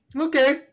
okay